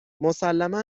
مسلما